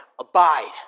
Abide